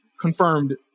confirmed